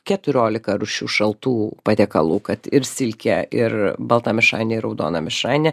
keturiolika rūšių šaltų patiekalų kad ir silkė ir balta mišrainė raudona mišrainė